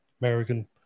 American